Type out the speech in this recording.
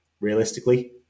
realistically